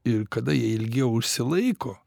ir kada jie ilgiau išsilaiko